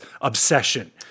obsession